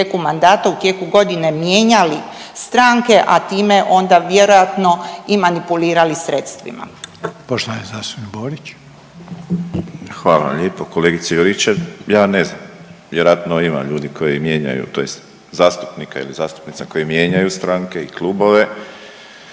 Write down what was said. u tijeku mandata u tijeku godine mijenjali stranke, a time onda vjerojatno i manipulirali sredstvima? **Reiner, Željko (HDZ)** Poštovani zastupnik Borić. **Borić, Josip (HDZ)** Hvala lijepo kolegice Juričev. Ja ne znam, vjerojatno ima ljudi koji mijenjaju tj. zastupnika ili zastupnica koji mijenjaju stranke i klubove,